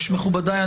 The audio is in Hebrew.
מכובדיי,